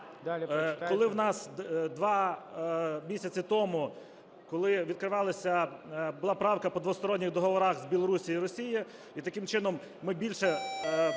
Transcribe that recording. коли в нас 2 місяці тому, коли відкривалися… була правка по двосторонніх договорах з Білорусією і Росією, і таким чином ми більше